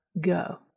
go